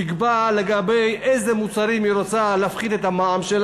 תקבע לגבי איזה מוצרים היא רוצה להפחית את המע"מ.